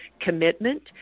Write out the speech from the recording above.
commitment